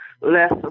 less